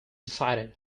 decided